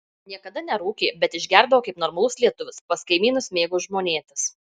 niekada nerūkė bet išgerdavo kaip normalus lietuvis pas kaimynus mėgo žmonėtis